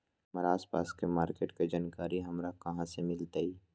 हमर आसपास के मार्किट के जानकारी हमरा कहाँ से मिताई?